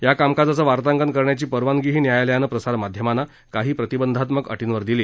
या कामकाजाचं वार्तांकन करण्याची परवानगीही न्यायालयानं प्रसारमाध्यमांना काही प्रतिबंधात्मक अटींवर दिली